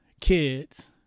kids